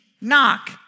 knock